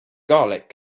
garlic